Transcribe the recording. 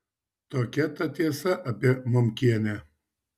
tokia ta tiesa apie momkienę